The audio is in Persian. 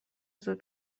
زود